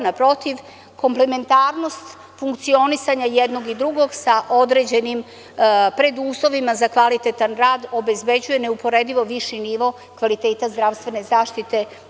Naprotiv, komplementarnost funkcionisanja jednog i drugog sa određenim preduslovima za kvalitetan rad obezbeđuje neuporedivo viši nivo kvaliteta zdravstvene zaštite.